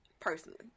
Personally